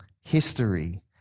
history